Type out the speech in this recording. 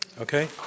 Okay